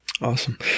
Awesome